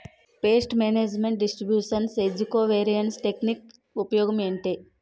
paste management distribution ఏజ్జి covariance technique ఉపయోగం ఏంటి